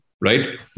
right